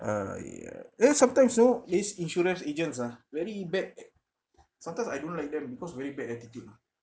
!aiya! then sometimes you know these insurance agents ah very bad a~ sometimes I don't like them because very bad attitude lah